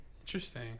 Interesting